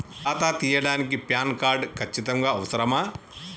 ఖాతా తీయడానికి PAN card ఖచ్చితంగా అవసరమా?